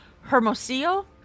Hermosillo